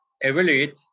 evaluate